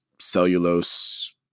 cellulose